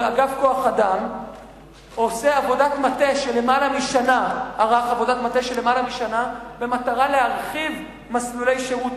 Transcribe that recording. אגף כוח-אדם עושה עבודת מטה של למעלה משנה במטרה להרחיב מסלולי שירות,